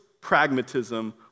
pragmatism